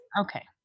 Okay